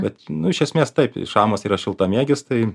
bet nu iš esmės taip šamas yra šiltamėgis tai